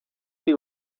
que